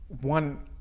one